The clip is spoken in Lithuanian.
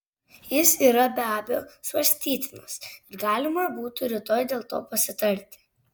jis yra be abejo svarstytinas ir galima būtų rytoj dėl to pasitarti